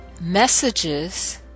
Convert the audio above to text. messages